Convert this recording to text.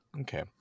Okay